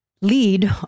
lead